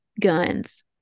guns